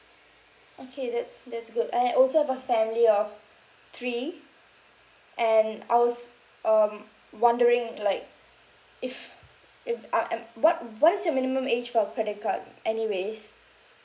okay that's that's good I also have a family of three and I was um wondering like if if I am what what is your minimum age for a credit card anyways